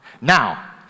Now